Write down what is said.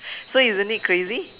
so isn't it crazy